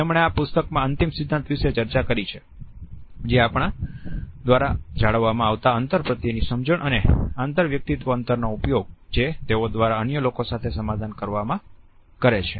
તેમણે આ પુસ્તકમાં અંતિમ સિદ્ધાંત વિશે ચર્ચા કરી છે જે આપણા દ્વારા જાળવવામાં આવતા અંતર પ્રત્યેની સમજણ અને આંતરવૈયક્તિક અંતરનો ઉપયોગ જે તેઓ દ્વારા અન્ય લોકો સાથે સમાધાન કરવામા કરે છે